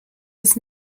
ist